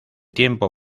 tiempo